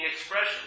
expression